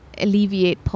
alleviate